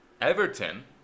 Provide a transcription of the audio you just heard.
Everton